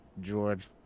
George